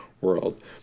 world